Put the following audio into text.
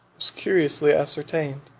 was curiously ascertained,